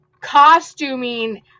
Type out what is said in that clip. costuming